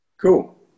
Cool